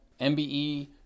MBE